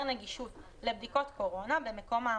נגישות לבדיקות קורונה במקום ההמראה,